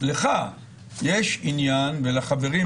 לך יש עניין ולחברים שלך.